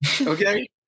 Okay